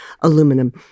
aluminum